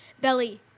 belly